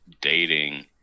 dating